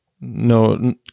no